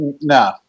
no